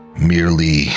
merely